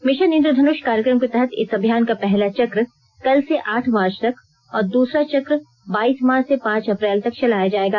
mission Indradhanush कार्यक्रम के तहत इस अभियान का पहला चक कल से आठ मार्च तक और दूसरा चक बाईस मार्च से पांच अप्रैल तक चलाया जायेगा